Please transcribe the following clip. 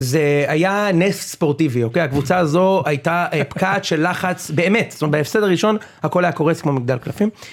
זה היה נס ספורטיבי, אוקיי? הקבוצה הזו הייתה פקעת של לחץ, באמת, זאת אומרת בהפסד הראשון - הכל היה קורס כמו מגדל קלפים.